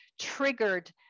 triggered